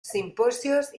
simposios